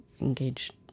engaged